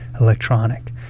electronic